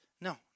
no